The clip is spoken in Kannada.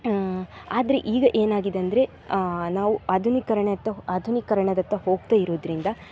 ಆದರೆ ಈಗ ಏನಾಗಿದೆ ಅಂದರೆ ನಾವು ಆಧುನೀಕರಣದತ್ತ ಆಧುನೀಕರಣದತ್ತ ಹೋಗ್ತಾ ಇರುವುದ್ರಿಂದ